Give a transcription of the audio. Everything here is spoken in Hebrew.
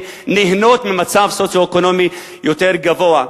שנהנות ממצב סוציו-אקונומי יותר גבוה.